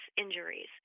injuries